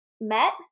met